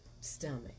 stomach